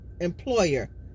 employer